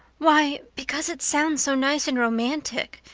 why, because it sounds so nice and romantic,